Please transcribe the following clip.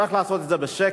צריך לעשות את זה בשקט.